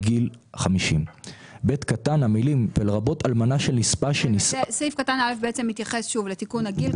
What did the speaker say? גיל 50". סעיף קטן (א) מתייחס לתיקון הגיל,